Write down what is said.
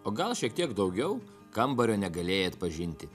o gal šiek tiek daugiau kambario negalėjai atpažinti